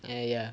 ah ya